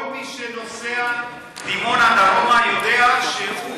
כל מי שנוסע מדימונה דרומה יודע שהוא